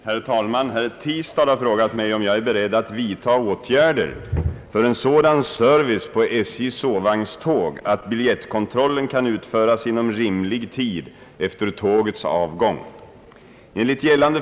Herr talman! Herr Tistad har frågat mig om jag är beredd att vidta åtgärder för en sådan service på SJ:s sovvagnståg, att biljettkontrollen kan utföras inom rimlig tid efter tågets avgång.